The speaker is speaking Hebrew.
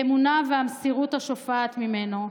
האמונה והמסירות השופעת ממנו,